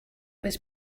was